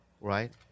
right